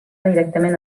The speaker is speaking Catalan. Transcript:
directament